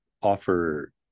offer